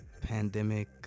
pandemic